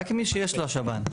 רק מי שיש לו שב"ן.